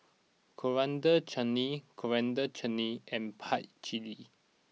Coriander Chutney Coriander Chutney and Pad Thai